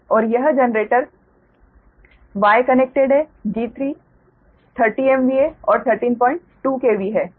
और यह generator Y connected है G3 30MVA और 132 KV है